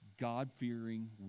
God-fearing